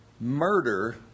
Murder